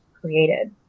created